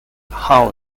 how